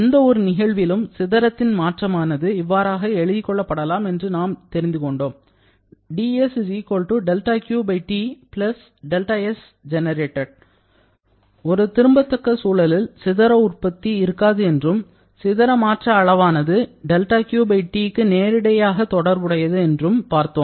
எந்த ஒரு நிகழ்விலும் சிதறத்தின் மாற்றமானது இவ்வாறாக எழுதிக் கொள்ளபடலாம் என்று நாம் தெரிந்துகொண்டோம் ஒரு திரும்பத்தக்க சூழலில் சிதற உற்பத்தி இருக்காது என்றும் சிதற மாற்ற அளவானது δQT க்கு நேரிடையாக தொடர்புடையது என்றும் பார்த்தோம்